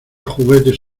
juguetes